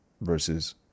versus